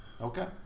Okay